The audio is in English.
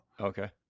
Okay